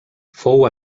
fou